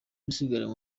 misigaro